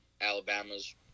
Alabama's